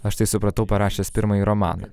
aš tai supratau parašęs pirmąjį romaną